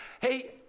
hey